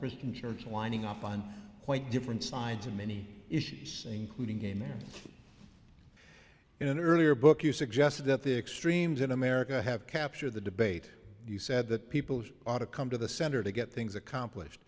christian church winding up on quite different sides on many issues including gay marriage in an earlier book you suggested that the extremes in america have captured the debate you said that people ought to come to the center to get things accomplished